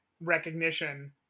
recognition